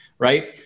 right